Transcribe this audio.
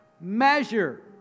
measure